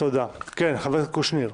כן, חבר הכנסת קושניר.